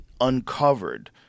uncovered